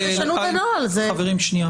חברים,